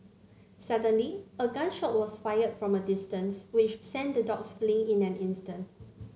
suddenly a gun shot was fired from a distance which sent the dogs fleeing in an instant